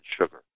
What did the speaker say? sugar